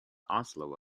oslo